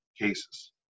cases